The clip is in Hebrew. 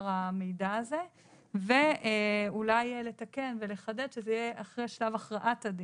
המידע הזה ואולי לתקן ולחדד שזה יהיה אחרי שלב הכרעת הדין.